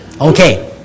Okay